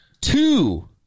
two